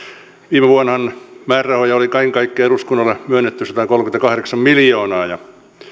viime vuonnahan määrärahoja oli kaiken kaikkiaan eduskunnalle myönnetty satakolmekymmentäkahdeksan miljoonaa ja